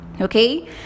okay